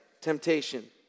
temptation